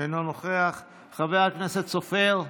אינו נוכח, חבר הכנסת סופר,